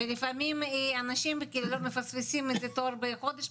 ולפעמים אנשים מפספסים את התור בחודש,